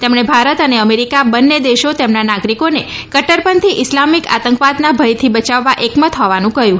તેમણે ભારત અને અમેરિકા બંને દેશો તેમના નાગરિકોને કદૃરપંથી ઇસ્લામિક આતંકવાદના ભયથી બચાવવા એકમત હોવાનું કહ્યું હતું